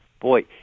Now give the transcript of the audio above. boy